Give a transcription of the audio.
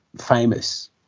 famous